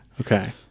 Okay